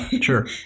sure